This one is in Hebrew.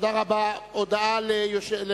שהצעת חוק פיקוח אלקטרוני על משוחררים